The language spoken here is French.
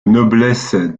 noblesse